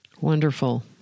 Wonderful